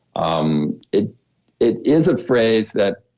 um it it is a phrase that